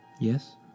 Yes